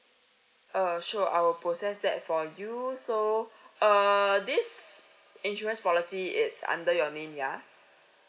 uh sure I will process that for you so err this insurance policy is under your name ya